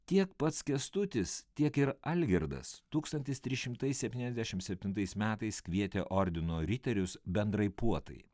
tiek pats kęstutis tiek ir algirdas tūkstantis trys šimtai septyniasdešim septintais metais kvietė ordino riterius bendrai puotai